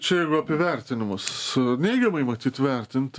čia jeigu apie vertinimus neigiamai matyt vertint